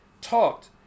talked